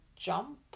jump